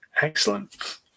excellent